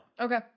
Okay